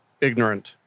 ignorant